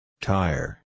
Tire